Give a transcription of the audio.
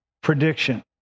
prediction